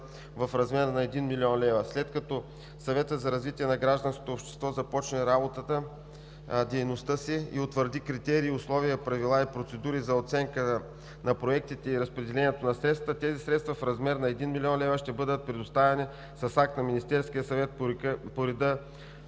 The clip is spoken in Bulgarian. в размер на 1 млн. лв. След като Съветът за развитие на гражданското общество започне дейността си и утвърди критерии, условия, правила и процедури за оценката на проектите и разпределението на средствата, тези средства в размер на 1 млн. лв. ще бъдат предоставени с акт на Министерския съвет по реда